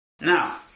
Now